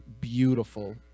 beautiful